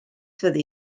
fyddi